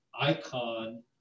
icon